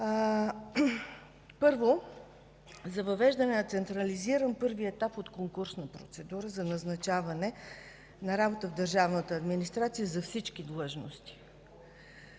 Първо, за въвеждане на централизиран първи етап от конкурсна процедура за назначаване на работа в държавната администрация за всички длъжности.